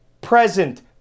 present